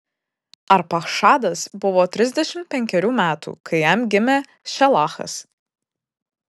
arpachšadas buvo trisdešimt penkerių metų kai jam gimė šelachas